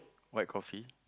white coffee